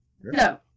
No